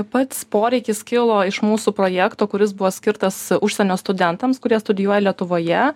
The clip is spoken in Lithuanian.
pats poreikis kilo iš mūsų projekto kuris buvo skirtas užsienio studentams kurie studijuoja lietuvoje